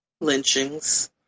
lynchings